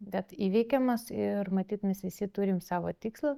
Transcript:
bet įveikiamas ir matyt mes visi turim savo tikslų